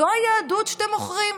זו היהדות שאתם מוכרים?